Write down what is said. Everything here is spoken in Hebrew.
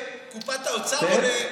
לתרום לקופת האוצר או לכנפיים של קרמבו?